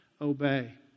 obey